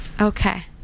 Okay